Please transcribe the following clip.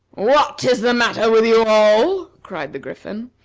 what is the matter with you all? cried the griffin.